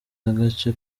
y’agace